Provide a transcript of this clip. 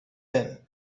them